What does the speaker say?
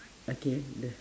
okay the